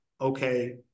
Okay